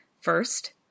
First